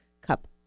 cup